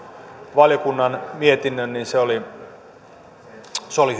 valiokunnan mietinnön niin se oli hyvä se oli